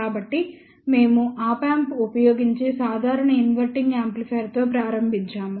కాబట్టి మేము op amp ఉపయోగించి సాధారణ ఇన్వర్టింగ్ యాంప్లిఫైయర్తో ప్రారంభించాము